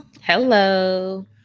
Hello